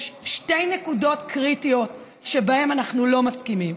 יש שתי נקודות קריטיות שבהן אנחנו לא מסכימים: